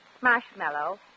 marshmallow